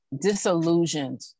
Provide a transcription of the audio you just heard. disillusioned